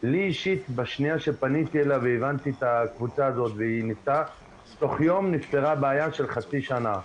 לי אישית בשניה שפניתי אליה ו --- תוך יום נפתרה בעיה של חצי שנה,